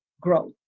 growth